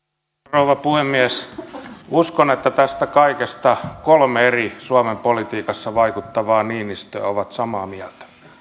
rouva puhemies uskon että tästä kaikesta kolme eri suomen politiikassa vaikuttavaa niinistöä ovat samaa mieltä